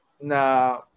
na